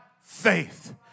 faith